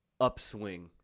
upswing